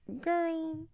girl